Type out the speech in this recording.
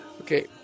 Okay